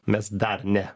mes dar ne